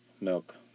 Milk